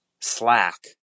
slack